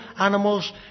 animals